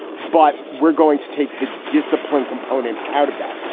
but we're going to take the discipline component out of that,